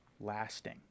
lasting